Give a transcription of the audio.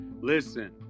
listen